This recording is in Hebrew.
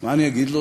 מה אני אגיד לו?